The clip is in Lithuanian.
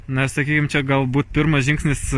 na sakykim čia galbūt pirmas žingsnis